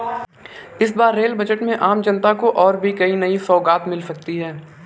इस बार rail budget में आम जनता को और भी कई नई सौगात मिल सकती हैं